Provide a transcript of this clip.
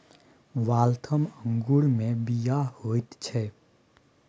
Waltham अंगूरमे बीया होइत छै